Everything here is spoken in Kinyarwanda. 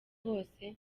hose